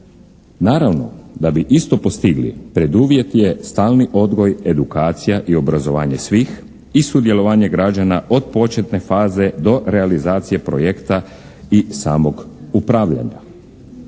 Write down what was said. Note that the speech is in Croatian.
Naravno da bi isto postigli preduvjet je stalni odgoj, edukacija i obrazovanje svih i sudjelovanje građana od početne faze do realizacije projekta i samog upravljanja.